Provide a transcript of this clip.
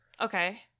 Okay